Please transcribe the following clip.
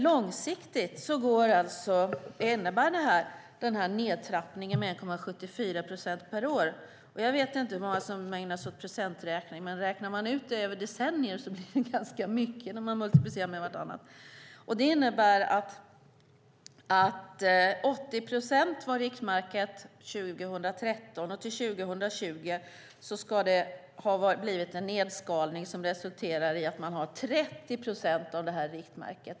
Långsiktigt innebär den här nedtrappningen med 1,74 procent per år - jag vet inte hur många som ägnar sig åt procenträkning, men räknar man ut det över decennier blir det ganska mycket när man multiplicerar det - att riktmärket för 2013 är 80 procent, och för 2020 ska det ha blivit en nedskalning som resulterar i att man har 30 procent av det här riktmärket.